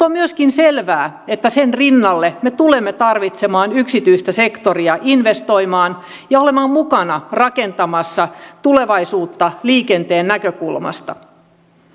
on myöskin selvää että sen rinnalle me tulemme tarvitsemaan yksityistä sektoria investoimaan ja olemaan mukana rakentamassa tulevaisuutta liikenteen näkökulmasta